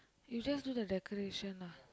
you just do the decoration lah